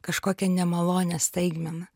kažkokią nemalonią staigmeną